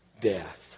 death